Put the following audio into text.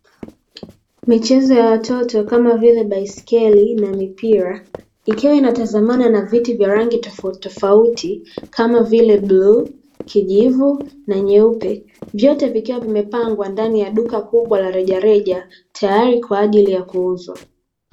Michezo ya watoto kama vile baiskeli na mipira ikiwa inatazamana na viti vya rangi tofauti tofauti kama vile bluu, kijivu na nyeupe vyote vikiwa vimepangwa ndani ya duka kubwa la rejareja tayari kwa ajili ya kuuzwa.